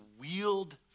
wield